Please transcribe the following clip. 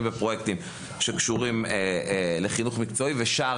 בפרויקטים שקשורים לחינוך מקצועי ולשער